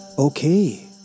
Okay